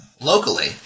Locally